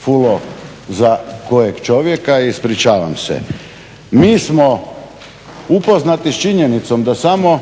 fulao za kojeg čovjeka, ispričavam se. Mi smo upoznati s činjenicom da samo